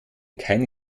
kein